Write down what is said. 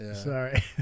Sorry